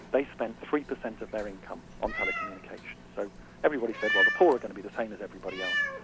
they spent three percent of their income on telecommunication, so everybody said, well the poor are going to be the same as everybody else.